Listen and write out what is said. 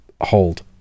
hold